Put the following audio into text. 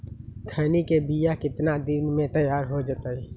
खैनी के बिया कितना दिन मे तैयार हो जताइए?